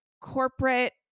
corporate